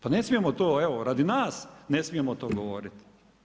Pa ne smijemo to, evo, radi nas ne smijemo to govoriti.